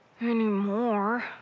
Anymore